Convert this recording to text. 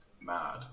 mad